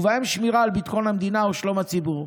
ובהם שמירה על ביטחון המדינה או שלום הציבור.